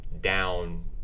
down